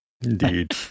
Indeed